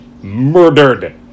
Murdered